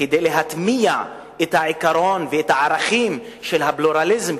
כדי להטמיע את העיקרון ואת הערכים של הפלורליזם,